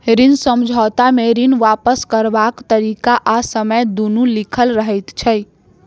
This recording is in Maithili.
ऋण समझौता मे ऋण वापस करबाक तरीका आ समय दुनू लिखल रहैत छै